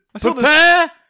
Prepare